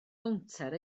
gownter